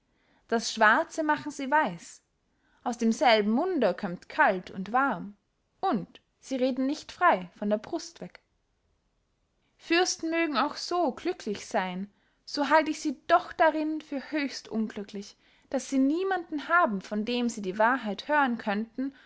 das schwarze machen sie weiß aus demselben munde kömmt kalt und warm und sie reden nicht frey von der brust weg fürsten mögen auch so glücklich seyn so halt ich sie doch darinn für höchst unglücklich daß sie niemanden haben von dem sie die wahrheit hören könnten